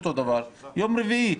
לגבי יום רביעי,